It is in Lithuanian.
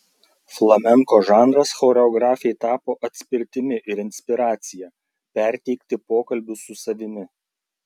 flamenko žanras choreografei tapo atspirtimi ir inspiracija perteikti pokalbius su savimi